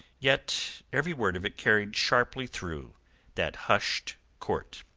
yet every word of it carried sharply through that hushed court.